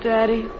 Daddy